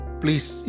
please